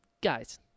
guys